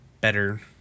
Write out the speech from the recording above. better